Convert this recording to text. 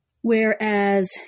whereas